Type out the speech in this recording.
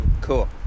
Cool